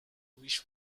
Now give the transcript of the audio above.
wish